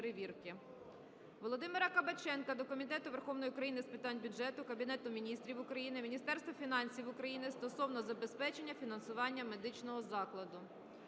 Володимира Кабаченка до Комітету Верховної України з питань бюджету, Кабінету Міністрів України, Міністерства фінансів України стосовно забезпечення фінансування медичного закладу.